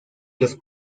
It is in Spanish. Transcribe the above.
los